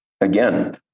again